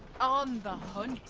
on the one